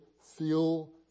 feel